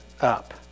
up